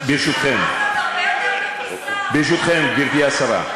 ברשותכם, גברתי השרה,